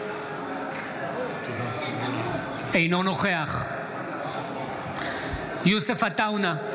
אינו נוכח יוסף עטאונה,